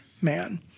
man